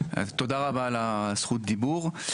תודה רבה על זכות הדיבור,